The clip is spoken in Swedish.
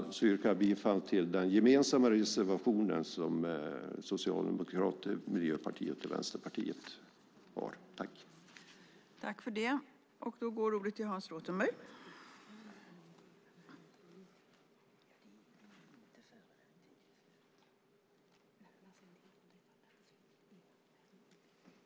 Jag yrkar bifall till den gemensamma reservationen som Socialdemokraterna, Miljöpartiet och Vänsterpartiet har.